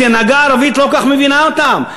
כי ההנהגה הערבית לא כל כך מבינה אותם.